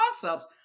concepts